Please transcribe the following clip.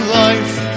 life